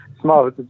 Small